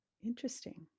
Interesting